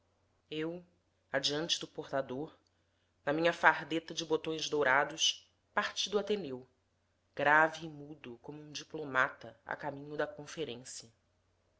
eu adiante do portador na minha fardeta de botões dourados parti do ateneu grave e mudo como um diplomata a caminho da conferência